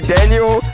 Daniel